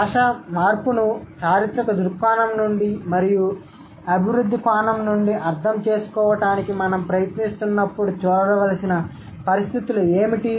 భాష మార్పును చారిత్రక దృక్కోణం నుండి మరియు అభివృద్ధి కోణం నుండి అర్థం చేసుకోవడానికి మనం ప్రయత్నిస్తున్నప్పుడు చూడవలసిన పరిస్థితులు ఏమిటి